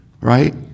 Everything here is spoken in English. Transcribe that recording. Right